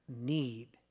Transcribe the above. need